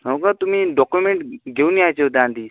हो का तुम्ही डॉकुमेंट् घे घेऊन यायचे होते आधीच